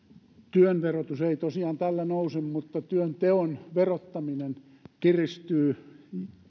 työn verotus ei tosiaan tällä nouse mutta työnteon verottaminen kiristyy